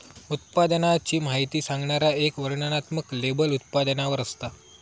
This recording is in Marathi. उत्पादनाची माहिती सांगणारा एक वर्णनात्मक लेबल उत्पादनावर असता